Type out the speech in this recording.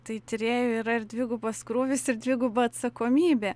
tai tyrėjui yra ir dvigubas krūvis ir dviguba atsakomybė